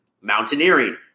Mountaineering